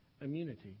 immunity